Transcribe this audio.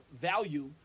value